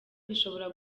bishobora